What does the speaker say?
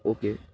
okay